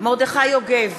מרדכי יוגב,